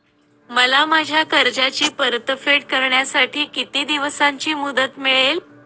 मला माझ्या कर्जाची परतफेड करण्यासाठी किती दिवसांची मुदत मिळेल?